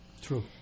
True